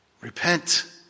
Repent